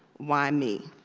why me?